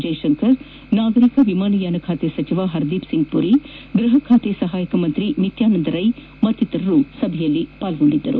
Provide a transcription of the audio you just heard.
ಜ್ವೆಶಂಕರ್ ನಾಗರಿಕ ವಿಮಾನಯಾನ ಖಾತೆ ಸಚಿವ ಹರ್ದೀಪ್ ಸಿಂಗ್ ಪುರಿ ಗ್ಬಹ ಖಾತೆ ಸಹಾಯಕ ಸಚಿವ ನಿತ್ಯಾನಂದ ರೈ ಇನ್ನಿತರರು ಪಾಲ್ಲೊಂಡಿದ್ದರು